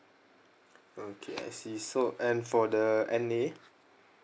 okay I see so and for the N_A